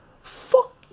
Fuck